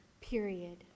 period